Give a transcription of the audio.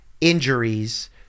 injuries